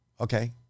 okay